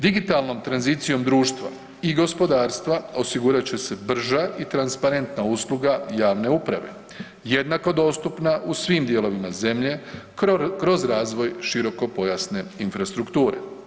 Digitalnom tranzicijom društva i gospodarstva osigurat će se brža i transparentna usluga javne uprave jednako dostupna u svim dijelovima zemlje kroz razvoj širokopojasne infrastrukture.